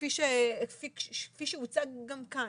וכפי שהוצג גם כאן,